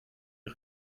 ihr